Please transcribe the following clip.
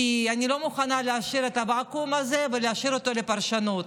כי אני לא מוכנה להשאיר את הוואקום הזה ולהשאיר אותו לפרשנות.